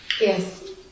Yes